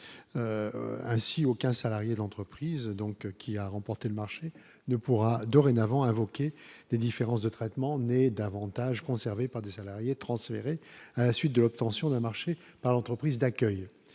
ainsi aucun salarié de l'entreprise, donc qui a remporté le marché ne pourra dorénavant invoqué des différences de traitement n'davantage conservés par des salariés transférés à la suite de l'obtention d'un marché par l'entreprise d'accueil,